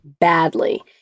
badly